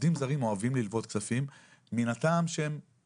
עובדים זרים אוהבים ללוות כספים מן הטעם שהם